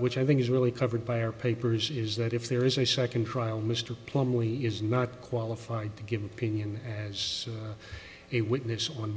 which i think is really covered by our papers is that if there is a second trial mr plumlee is not qualified to give an opinion as a witness on